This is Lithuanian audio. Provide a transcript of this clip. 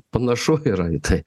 panašu yra į tai